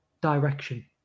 direction